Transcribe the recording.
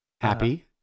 happy